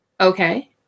Okay